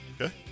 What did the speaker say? Okay